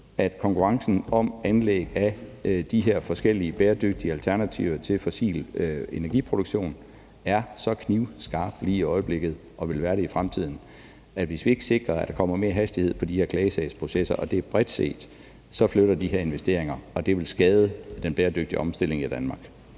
at konkurrencen om anlæg af de her forskellige bæredygtige alternativer til fossil energiproduktion er så knivskarp lige i øjeblikket og vil være det i fremtiden, at hvis vi ikke sikrer, at der kommer mere hastighed på de her klagesagsprocesser – og det er bredt set – så flytter de her investeringer. Og det vil skade den bæredygtige omstilling i Danmark.